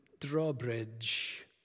drawbridge